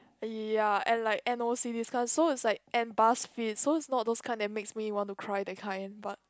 ya and like N_O_C this kind so it's like and Buzzfeed so it's not those kind that makes me want to cry that kind but